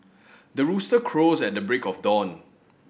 the rooster crows at the break of dawn